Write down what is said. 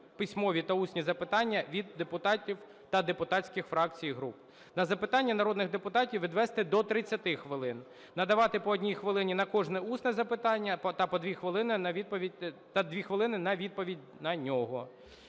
письмові та усні запитання від депутатів та депутатських фракцій і груп, на запитання народних депутатів відвести до 30 хвилин; надавати по 1 хвилині на кожне усне запитання та 2 по хвилини на відповідь… та 2